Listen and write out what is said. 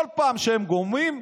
כל פעם שהם גומרים,